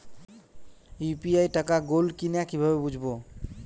UPI টাকা গোল কিনা কিভাবে বুঝব?